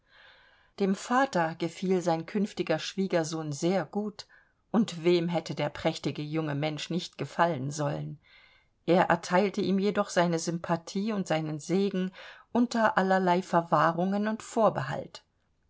dem vater gefiel sein künftiger schwiegersohn sehr gut und wem hätte der prächtige junge mensch nicht gefallen sollen er erteilte ihm jedoch seine sympathie und seinen segen unter allerlei verwahrungen und vorbehalt